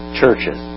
churches